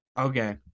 Okay